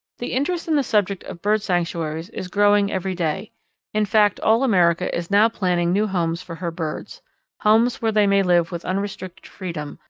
the interest in the subject of bird sanctuaries is growing every day in fact, all america is now planning new homes for her birds homes where they may live with unrestricted freedom,